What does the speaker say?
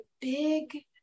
big